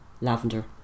lavender